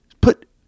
put